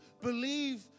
believe